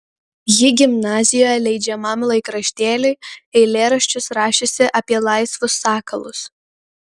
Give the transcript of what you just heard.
ji gimnazijoje leidžiamam laikraštėliui eilėraščius rašiusi apie laisvus sakalus